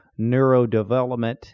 neurodevelopment